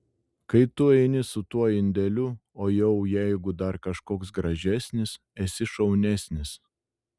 kai tu eini su tuo indeliu o jau jeigu dar kažkoks gražesnis esi šaunesnis